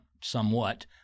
somewhat